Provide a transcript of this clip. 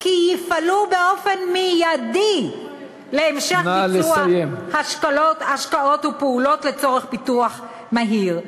שיפעלו באופן מיידי להמשך ביצוע השקעות ופעולות לצורך פיתוח מהיר.